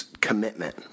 commitment